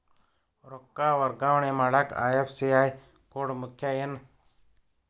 ರೊಕ್ಕ ವರ್ಗಾವಣೆ ಮಾಡಾಕ ಐ.ಎಫ್.ಎಸ್.ಸಿ ಕೋಡ್ ಮುಖ್ಯ ಏನ್